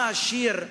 מה השיר ההומני,